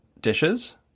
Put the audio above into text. dishes